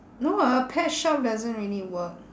no ah pet shop doesn't really work